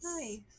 nice